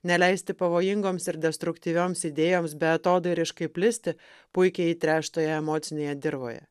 neleisti pavojingoms ir destruktyvioms idėjoms beatodairiškai plisti puikiai įtręštoje emocinėje dirvoje